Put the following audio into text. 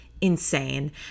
insane